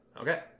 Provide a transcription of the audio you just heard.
okay